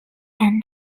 and